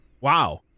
Wow